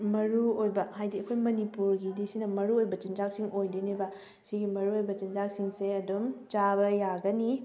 ꯃꯔꯨꯑꯣꯏꯕ ꯍꯥꯏꯗꯤ ꯑꯩꯈꯣꯏ ꯃꯅꯤꯄꯨꯔꯒꯤꯗꯤ ꯁꯤ ꯃꯔꯨꯑꯣꯏꯕ ꯆꯤꯟꯖꯥꯛꯁꯤꯡ ꯑꯣꯏꯗꯣꯏꯅꯤꯅꯦꯕ ꯁꯤꯒꯤ ꯃꯔꯨꯑꯣꯏꯕ ꯆꯤꯟꯖꯥꯛꯁꯤꯡꯁꯤ ꯑꯗꯨꯝ ꯆꯥꯕ ꯌꯥꯒꯅꯤ